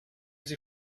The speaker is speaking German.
sie